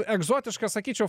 egzotiškas sakyčiau